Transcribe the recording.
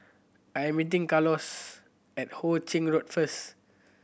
I am meeting Carlos at Ho Ching Road first